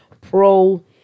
pro